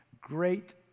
great